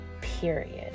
period